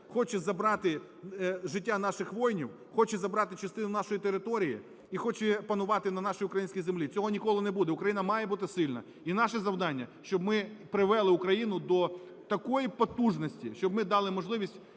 хоче забрати життя наших воїнів, хоче забрати частину нашої території і хоче панувати на нашій українській землі. Цього ніколи не буде. Україна має бути сильна і наше завдання, щоб ми привели Україну до такої потужності, щоб ми дали можливість